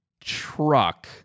truck